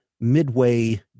midway